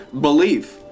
Believe